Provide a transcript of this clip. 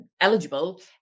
eligible